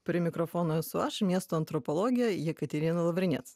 prie mikrofono esu aš miesto antropologė jekaterina lavriniec